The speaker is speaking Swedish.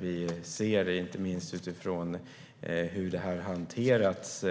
Vi ser, inte minst utifrån hur det här hanterats